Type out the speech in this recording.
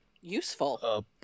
useful